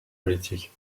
politiques